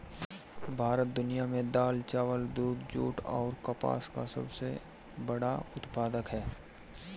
भारत दुनिया में दाल चावल दूध जूट आउर कपास का सबसे बड़ा उत्पादक ह